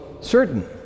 certain